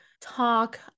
talk